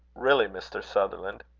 really, mr. sutherland!